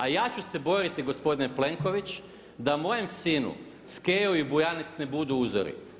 A ja ću se boriti gospodine Plenković, da mojem sinu, Skejo i Bujanec ne budu uzori.